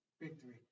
victory